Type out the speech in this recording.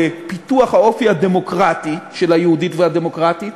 לפיתוח האופי הדמוקרטי של ה"יהודית ודמוקרטית".